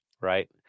Right